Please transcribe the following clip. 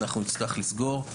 אנחנו נצטרך לסגור.